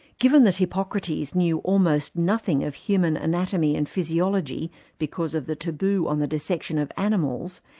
given that hippocrates knew almost nothing of human anatomy and physiology because of the taboo on the dissection of animals,